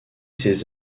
ses